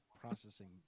processing